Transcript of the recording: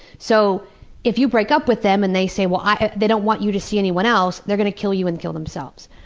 so if you break up with them and they say they don't want you to see anyone else, they're going to kill you and kill themselves.